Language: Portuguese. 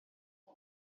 não